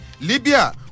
Libya